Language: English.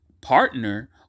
partner